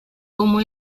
como